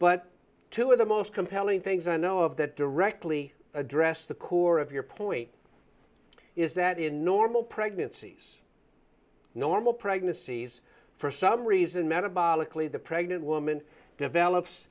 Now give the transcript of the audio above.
but two of the most compelling things i know of that directly address the core of your point is that in normal pregnancies normal pregnancies for some reason metabolically the pregnant woman develops